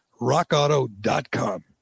rockauto.com